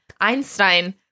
Einstein